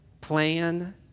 plan